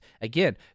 again